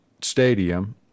Stadium